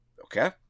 Okay